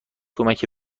کمکی